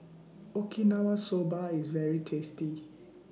Okinawa Soba IS very tasty